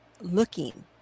looking